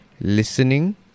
listening